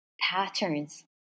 patterns